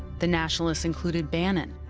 the nationalists included bannon,